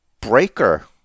Breaker